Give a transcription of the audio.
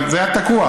אבל זה היה תקוע.